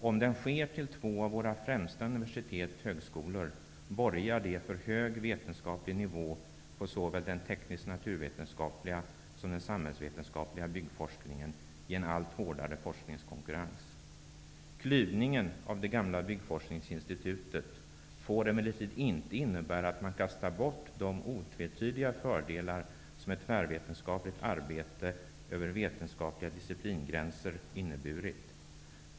Om den sker till två av våra främsta universitet/högskolor borgar det för hög vetenskaplig nivå på såväl den teknisknaturvetenskapliga som den samhällsvetenskapliga byggforskningen i en allt hårdare forskningskonkurrens. Klyvningen av det gamla Byggforskningsinstitutet får emellertid inte innebära att man kastar bort de otvetydiga fördelar som ett tvärvetenskapligt arbete över vetenskapliga disciplingränser inneburit.